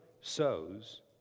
sows